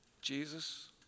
Jesus